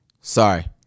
sorry